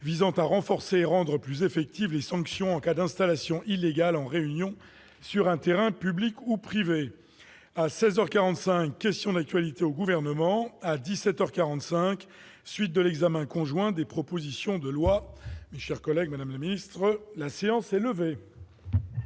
visant à renforcer les rendre plus effectives les sanctions en cas d'installation illégale en réunion sur un terrain public ou privé, à 16 heures 45 questions d'actualité au gouvernement à 17 heures 45 suite de l'examen conjoint des propositions de loi, chers collègues, Madame le ministre, la séance est levée.